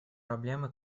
проблемы